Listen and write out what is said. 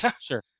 Sure